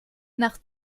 nach